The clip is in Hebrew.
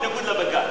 בניגוד לבג"ץ.